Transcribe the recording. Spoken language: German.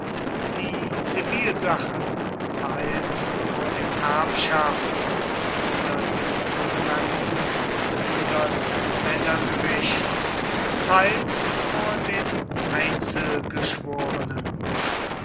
die zivilsachen teils vor dem erbschafts oder dem sogenannten hundertmännergericht teils vor den